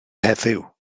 heddiw